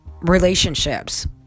relationships